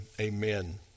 amen